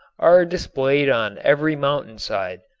are displayed on every mountainside.